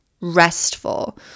restful